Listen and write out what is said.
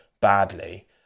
badly